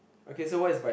okay so what is bi~